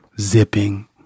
zipping